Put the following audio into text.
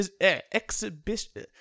Exhibition